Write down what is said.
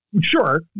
sure